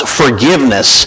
forgiveness